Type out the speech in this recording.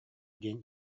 диэн